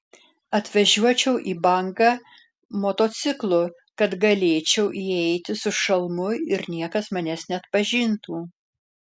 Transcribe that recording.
atvažiuočiau į banką motociklu kad galėčiau įeiti su šalmu ir niekas manęs neatpažintų